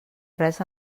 res